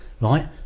right